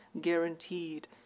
guaranteed